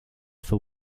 for